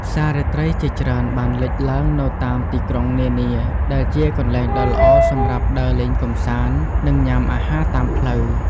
ផ្សាររាត្រីជាច្រើនបានលេចឡើងនៅតាមទីក្រុងនានា ដែលជាកន្លែងដ៏ល្អសម្រាប់ដើរលេងកម្សាន្ត និងញ៉ាំអាហារតាមផ្លូវ។